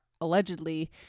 allegedly